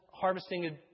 harvesting